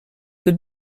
que